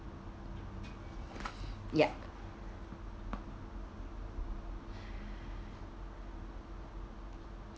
ya